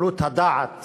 קלות הדעת